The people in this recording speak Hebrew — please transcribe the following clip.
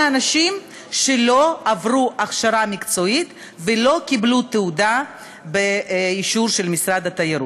אנשים שלא עברו הכשרה מקצועית ולא קיבלו תעודה באישור של משרד התיירות.